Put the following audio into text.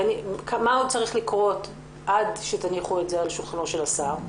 מה עוד צריך לקרות עד שתניחו את זה על שולחנו של השר?